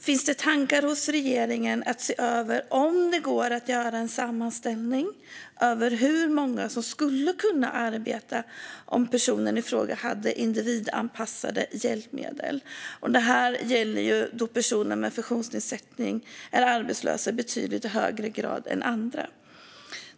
Finns det tankar hos regeringen om att se över om det går att göra en sammanställning av hur många som skulle kunna arbeta om personerna i fråga hade individanpassade hjälpmedel? Det här gäller personer med funktionsnedsättning, som är arbetslösa i betydligt högre grad än andra.